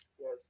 Yes